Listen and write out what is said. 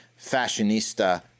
fashionista